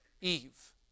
Eve